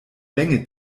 länge